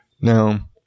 Now